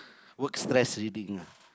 work stress reading